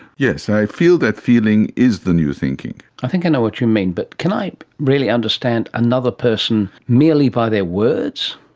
yes, i feel that feeling is the new thinking. i think i know what you mean, but can i really understand another person merely by their words?